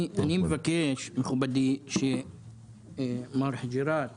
אני מבקש, מכובדי, שמר חוג'ראת ידבר,